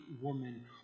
woman